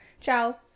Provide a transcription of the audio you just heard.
Ciao